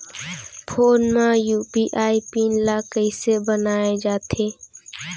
Phone म UPI pin ल कइसे बनाये जाथे?